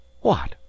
What